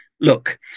Look